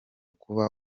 kuba